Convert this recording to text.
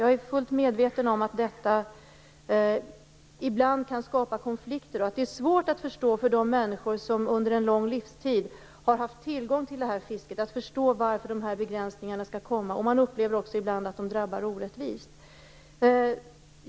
Jag är fullt medveten om att detta ibland kan skapa konflikter och att det för de människor som under en lång livstid haft tillgång till det här fisket är svårt att förstå varför de här begränsningarna görs. Man upplever ibland också att de drabbar orättvist.